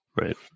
Right